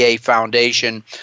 Foundation